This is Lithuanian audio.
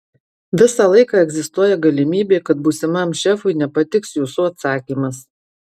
visą laiką egzistuoja galimybė kad būsimam šefui nepatiks jūsų atsakymas